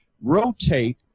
rotate